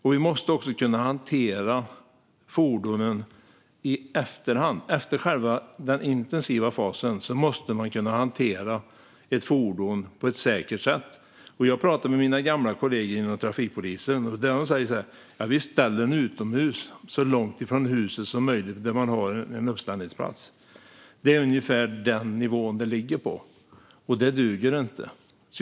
De måste också kunna hantera fordonen på ett säkert sätt efter själva den intensiva fasen. När jag pratar med mina gamla kollegor inom trafikpolisen säger de att de ställer bilarna utomhus där man har en uppställningsplats så långt som möjligt från huset. Det är ungefär den nivån som det ligger på, och det duger inte.